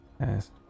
Yes